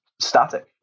static